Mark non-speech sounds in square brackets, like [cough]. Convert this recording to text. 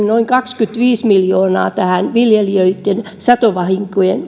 [unintelligible] noin kaksikymmentäviisi miljoonaa tähän viljelijöitten satovahinkojen